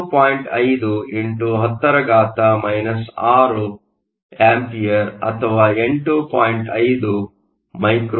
5 x 10 6 A ಅಥವಾ 8